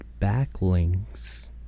backlinks